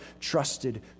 trusted